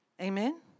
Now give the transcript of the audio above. Amen